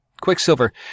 Quicksilver